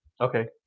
Okay